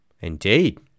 Indeed